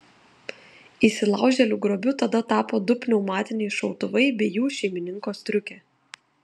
įsilaužėlių grobiu tada tapo du pneumatiniai šautuvai bei jų šeimininko striukė